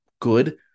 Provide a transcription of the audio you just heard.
Good